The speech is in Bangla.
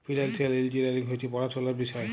ফিল্যালসিয়াল ইল্জিলিয়ারিং হছে পড়াশুলার বিষয়